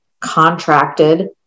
contracted